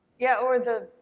yeah, or the,